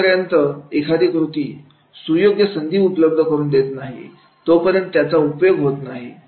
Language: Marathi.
जोपर्यंत एखादी कृती सुयोग्य संधी उपलब्ध करून देत नाही तोपर्यंत त्याचा उपयोग होत नाही